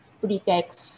pretext